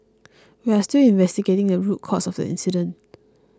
we are still investigating the root cause of the incident